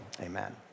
amen